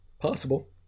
possible